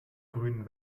grünen